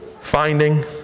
finding